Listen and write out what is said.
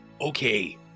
Okay